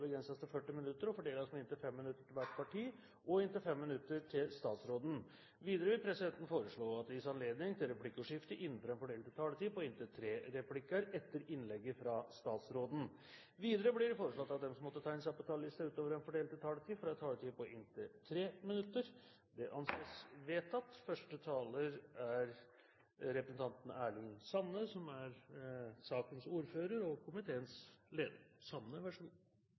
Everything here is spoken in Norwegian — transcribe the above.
begrenses til 40 minutter, og fordeles med inntil 5 minutter til hvert parti, og inntil 5 minutter til statsråden. Videre vil presidenten foreslå at det gis anledning til replikkordskifte på inntil fem replikker etter innlegget fra statsråden innenfor den fordelte taletid. Videre blir det foreslått at de som måtte tegne seg på talerlisten utover den fordelte taletid, får en taletid på inntil 3 minutter. – Det anses vedtatt. Og som vi alle har forstått, er første taler Snorre Serigstad Valen, og han er også sakens ordfører.